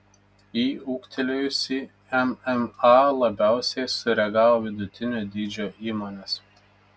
į ūgtelėjusį mma labiausiai sureagavo vidutinio dydžio įmonės